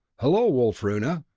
hello, wulfruna!